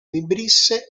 vibrisse